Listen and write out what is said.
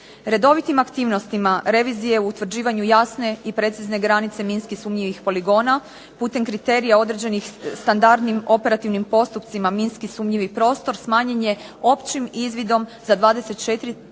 Redovitim aktivnostima revizije u utvrđivanju jasne i precizne granice minski sumnjivih poligona putem kriterija određenih standardnim operativnim postupcima minski sumnjivi prostor smanjen je općim izvidom za 24,7